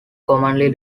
commonly